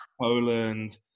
poland